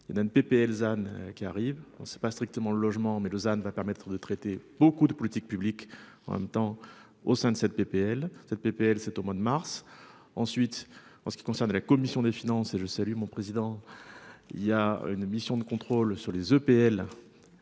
il y Dan PPL than qui arrive, on ne sait pas strictement le logement mais Lausanne va permettre de traiter beaucoup de politiques publiques en même temps au sein de cette PPL cette PPL c'est au mois de mars. Ensuite en ce qui concerne la commission des finances et je salue mon président. Il y a une mission de contrôle sur les EPL.